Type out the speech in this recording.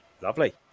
Lovely